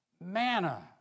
Manna